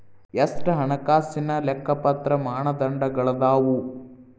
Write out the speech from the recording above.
ಎಷ್ಟ ಹಣಕಾಸಿನ್ ಲೆಕ್ಕಪತ್ರ ಮಾನದಂಡಗಳದಾವು?